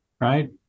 right